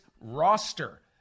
roster